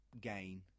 gain